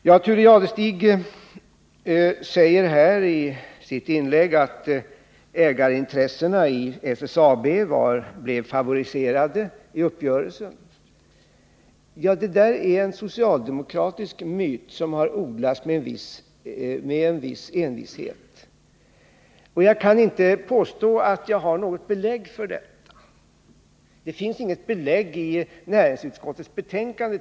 Thure Jadestig sade i sitt inlägg att ägarintressena i SSAB blev favoriserade vid uppgörelsen. Det där är en socialdemokratisk myt som har odlats med en viss envishet. Jag kan inte påstå att det finns något belägg för detta. Det finns t.ex. inte något belägg i näringsutskottets betänkande.